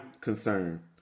concern